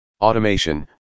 Automation